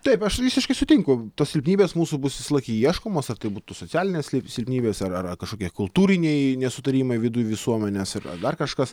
taip aš visiškai sutinku tos silpnybės mūsų bus visąlaik ieškomos ar tai būtų socialinės silpnybės ar ar kažkokie kultūriniai nesutarimai viduj visuomenės ar dar kažkas